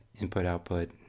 input-output